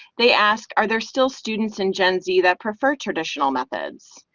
they asked are there still students in gen z that prefer traditional methods.